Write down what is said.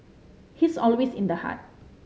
he's always in the heart